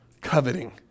Coveting